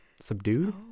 subdued